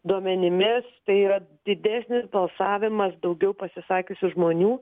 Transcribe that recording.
duomenimis tai yra didesnis balsavimas daugiau pasisakiusių žmonių